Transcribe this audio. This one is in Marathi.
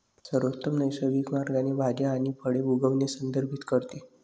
सर्वोत्तम नैसर्गिक मार्गाने भाज्या आणि फळे उगवणे संदर्भित करते